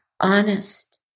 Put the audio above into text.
honest